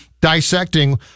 dissecting